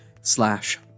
slash